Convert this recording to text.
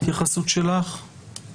נבקש את ההתייחסות שלך, בבקשה.